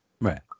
right